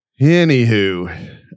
anywho